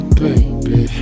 baby